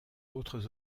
autres